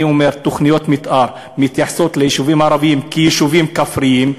אני אומר: תוכניות מתאר מתייחסות ליישובים הערביים כיישובים כפריים.